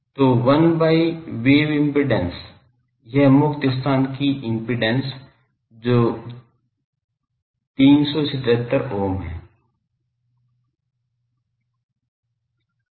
तो 1 by wave impedance यह मुक्त स्थान की इम्पिडेन्स जो 377 ओम है